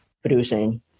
producing